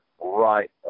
right